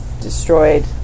destroyed